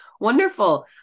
Wonderful